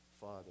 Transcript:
Father